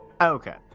Okay